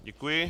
Děkuji.